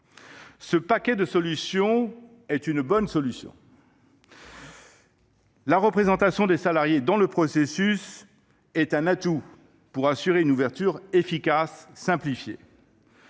Ce paquet de solutions est une bonne nouvelle. La représentation des salariés dans ce processus est un atout pour assurer une ouverture efficace et simplifiée.